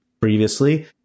previously